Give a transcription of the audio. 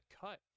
cut